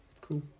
cool